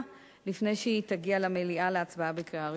לפני שהיא תגיע למליאה להצבעה בקריאה ראשונה.